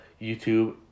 YouTube